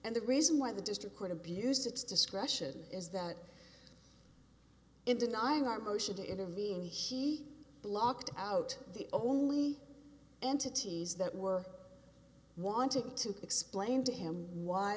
and the reason why the district court abused its discretion is that in denying our motion to it in the end he blocked out the only entities that were wanting to explain to him why